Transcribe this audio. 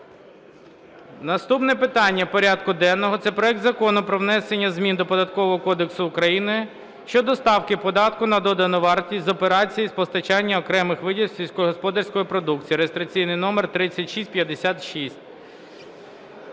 Наступне питання порядку денного – це проект Закону про внесення змін до Податкового кодексу України щодо ставки податку на додану вартість з операцій з постачання окремих видів сільськогосподарської продукції (реєстраційний номер 3656).